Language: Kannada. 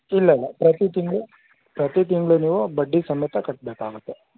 ಇಲ್ಲ ಇಲ್ಲ ಪ್ರತಿ ತಿಂಗಳು ಪ್ರತಿ ತಿಂಗಳು ನೀವು ಬಡ್ಡಿ ಸಮೇತ ಕಟ್ಟಬೇಕಾಗುತ್ತೆ